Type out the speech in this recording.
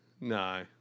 no